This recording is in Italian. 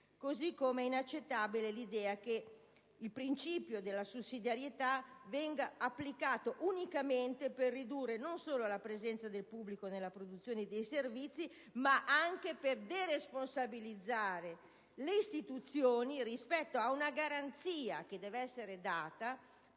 È ugualmente inaccettabile l'idea che il principio di sussidiarietà venga applicato unicamente non solo per ridurre la presenza del pubblico nella produzione dei servizi, ma anche per deresponsabilizzare le istituzioni rispetto a una garanzia che deve essere data